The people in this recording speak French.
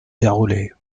dérouler